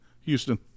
Houston